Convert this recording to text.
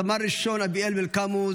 סמ"ר אביאל מלקמו,